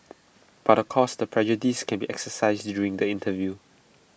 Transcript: but of course the prejudice can be exercised during the interview